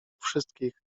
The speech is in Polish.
wszystkich